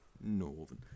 Northern